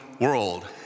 world